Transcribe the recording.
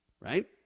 right